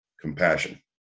compassion